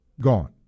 gone